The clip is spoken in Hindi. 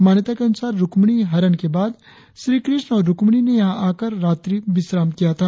मान्यता के अनुसार रुकमणि हरण के बाद श्रीकृष्ण और रुकमणि ने यहां पर आकर रात्रि विश्राम किया था